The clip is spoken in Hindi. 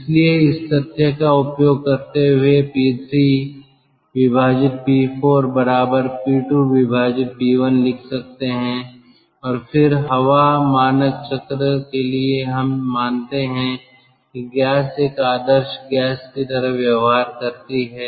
इसलिए इस तथ्य का उपयोग करते हुए P3P4 P2P1 लिख सकते हैं और फिर हवा मानक चक्र के लिए हम मानते हैं कि गैस एक आदर्श गैस की तरह व्यवहार करती है